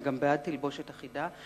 אני גם בעד תלבושת אחידה.